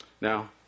now